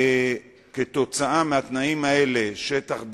כתוצאה מהתנאים האלה, שטח דל,